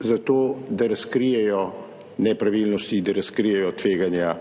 zato da razkrijejo nepravilnosti, da razkrijejo tveganja